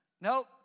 Nope